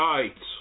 Right